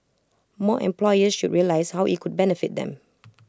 more employers should realise how IT could benefit them